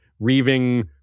reaving